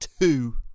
two